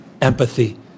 empathy